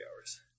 hours